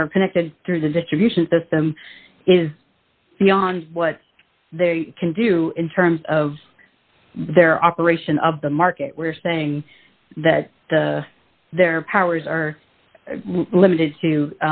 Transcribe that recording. that are connected through the distribution system is beyond what they can do in terms of their operation of the market we're saying that the their powers are limited to